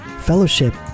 fellowship